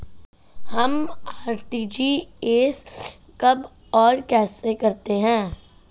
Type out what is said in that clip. हम आर.टी.जी.एस कब और कैसे करते हैं?